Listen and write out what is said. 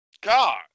God